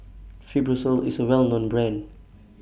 Fibrosol IS A Well known Brand